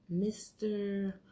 Mr